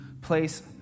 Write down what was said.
place